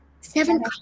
Seven